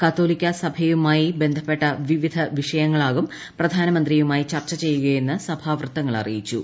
കത്തോലിക്കാ സഭയുമായി ബന്ധപ്പെട്ട വിവിധ വിഷയങ്ങളാവും പ്രധാനമന്ത്രിയുമായി ചർച്ച ചെയ്യുകയെന്ന് സഭാവൃത്തങ്ങൾ അറിയിച്ചു